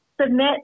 submit